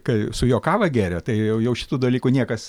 kai su juo kavą gėrė tai jau jau šitų dalykų niekas